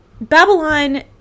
Babylon